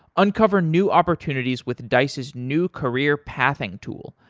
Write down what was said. uncover new opportunities with dice's new career pathing tool,